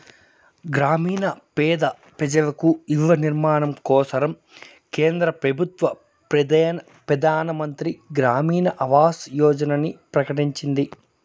గ్రామీణ పేద పెజలకు ఇల్ల నిర్మాణం కోసరం కేంద్ర పెబుత్వ పెదానమంత్రి గ్రామీణ ఆవాస్ యోజనని ప్రకటించింది